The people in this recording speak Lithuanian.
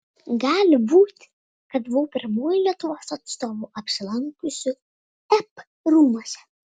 gali būti kad buvau pirmuoju lietuvos atstovu apsilankiusiu ep rūmuose